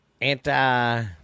anti